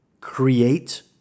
create